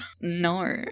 no